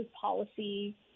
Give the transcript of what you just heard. policy